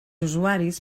usuaris